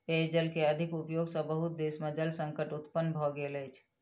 पेयजल के अधिक उपयोग सॅ बहुत देश में जल संकट उत्पन्न भ गेल अछि